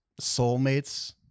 soulmates